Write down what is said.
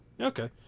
Okay